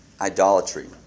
idolatry